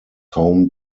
home